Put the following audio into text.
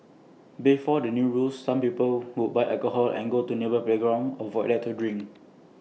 before the new rules some people would buy alcohol and go to A nearby playground or void deck to drink